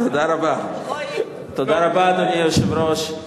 תודה רבה, אדוני היושב-ראש.